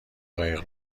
قایق